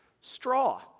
straw